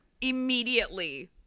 immediately